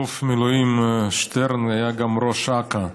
אלוף במילואים שטרן היה גם ראש אכ"א,